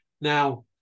now